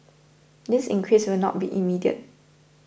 this increase will not be immediate